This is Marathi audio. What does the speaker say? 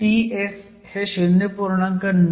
Ts हे 0